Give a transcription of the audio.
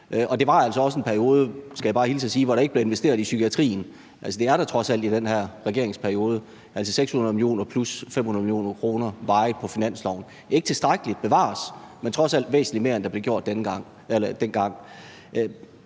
jeg bare hilse og sige, hvor der ikke blev investeret i psykiatrien. Det er der trods alt blevet i den her regeringsperiode, nemlig 600 mio. kr. plus 500 mio. kr. varigt på finansloven. Det er ikke tilstrækkeligt, bevares, men trods alt væsentlig mere end dengang.